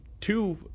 two